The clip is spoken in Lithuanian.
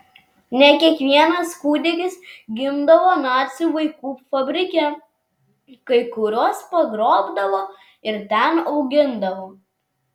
ne kiekvienas kūdikis gimdavo nacių vaikų fabrike kai kuriuos pagrobdavo ir ten augindavo